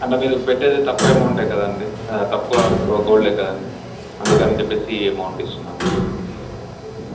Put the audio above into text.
అంటే మీరు ఇప్పుడు పెట్టేది తక్కువ అమౌంట్ కదండి తక్కువ గోల్డ్ కదండి అందుకని చెప్పి ఈ అమౌంట్ ఇస్తున్నాము